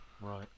Right